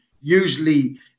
usually